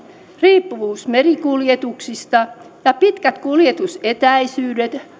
riippuvuus merikuljetuksista ja pitkät kuljetusetäisyydet